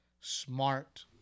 smart